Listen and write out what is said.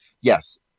yes